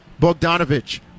Bogdanovich